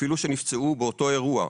אפילו שנפצעו באותו אירוע,